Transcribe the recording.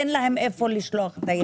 אין להם איפה לשלוח את הילדים.